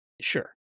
Sure